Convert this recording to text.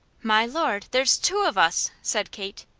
my lord! there's two of us! said kate.